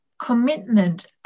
commitment